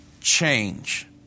change